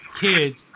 kids